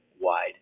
wide